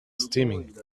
steaming